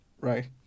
Right